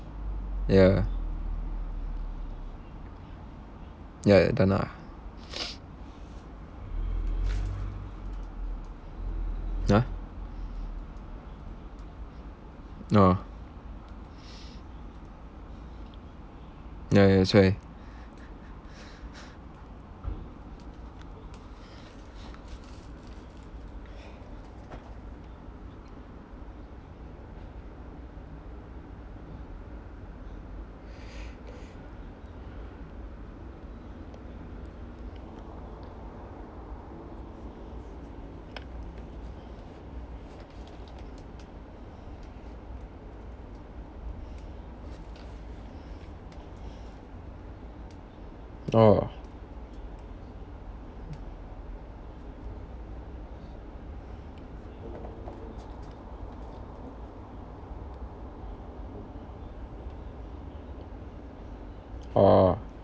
ya ya done ah !huh! oh ya ya that's why orh orh